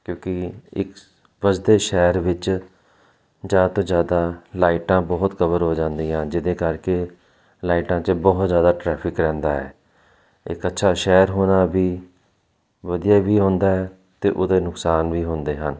ਕਿਉਂਕਿ ਇਸ ਵਸਦੇ ਸ਼ਹਿਰ ਵਿੱਚ ਜ਼ਿਆਦਾ ਤੋਂ ਜ਼ਿਆਦਾ ਲਾਈਟਾਂ ਬਹੁਤ ਕਵਰ ਹੋ ਜਾਂਦੀਆਂ ਜਿਹਦੇ ਕਰਕੇ ਲਾਈਟਾਂ 'ਚ ਬਹੁਤ ਜ਼ਿਆਦਾ ਟਰੈਫਿਕ ਰਹਿੰਦਾ ਹੈ ਇੱਕ ਅੱਛਾ ਸ਼ਹਿਰ ਹੋਣਾ ਵੀ ਵਧੀਆ ਵੀ ਹੁੰਦਾ ਅਤੇ ਉਹਦੇ ਨੁਕਸਾਨ ਵੀ ਹੁੰਦੇ ਹਨ